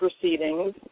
proceedings